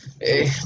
Hey